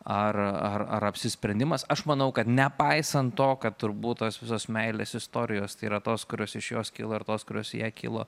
ar ar ar apsisprendimas aš manau kad nepaisant to kad turbūt tos visos meilės istorijos tai yra tos kurios iš jos kilo ir tos kurios į ją kilo